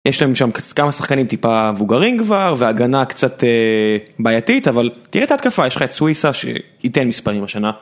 יש להם שם כמה שחקנים טיפה מבוגרים כבר, והגנה קצת בעייתית, אבל תראה את ההתקפה, יש לך את סוויסה שיתן מספרים השנה.